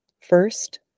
First